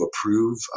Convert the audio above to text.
approve